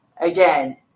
again